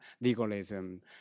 legalism